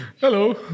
hello